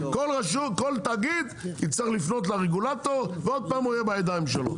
כל תאגיד יצטרך לפנות לרגולטור ועוד פעם הוא יהיה בידיים שלו.